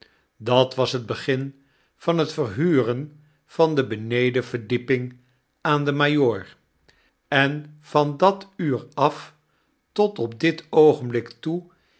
dat was het begin van het verhuren van de benedenverdieping aan den majoor en van dat uur af tot op dit oogenblik toe